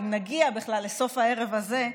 אם נגיע בכלל לסוף הערב הזה,